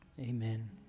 Amen